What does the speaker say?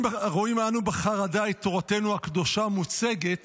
רואים אנו בחרדה את תורתנו הקדושה מוצגת